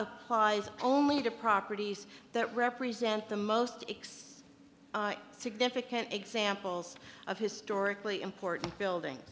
applies only to properties that represent the most exciting significant examples of historically important building